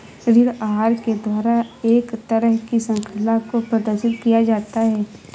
ऋण आहार के द्वारा एक तरह की शृंखला को प्रदर्शित किया जाता है